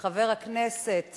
חבר הכנסת